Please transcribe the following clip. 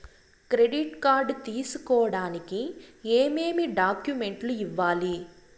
credit card తీసుకోడానికి ఏమేమి డాక్యుమెంట్లు ఇవ్వాలి